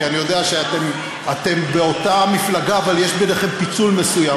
כי אני יודע שאתם באותה מפלגה אבל יש ביניכם פיצול מסוים,